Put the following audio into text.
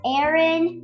Aaron